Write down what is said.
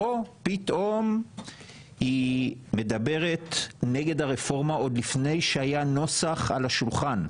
פה פתאום היא מדברת נגד הרפורמה עוד לפני שהיה נוסח על השולחן,